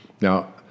Now